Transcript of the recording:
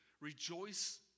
rejoice